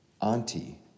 auntie